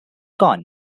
corn